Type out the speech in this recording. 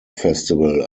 festival